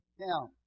Now